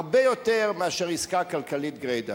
הרבה יותר מאשר עסקה כלכלית גרידא.